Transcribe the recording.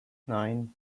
nine